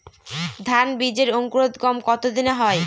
ধান বীজের অঙ্কুরোদগম কত দিনে হয়?